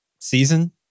season